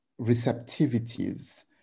receptivities